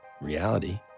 reality